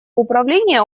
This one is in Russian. управления